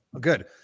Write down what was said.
Good